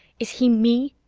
is he me?